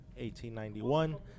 1891